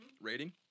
Rating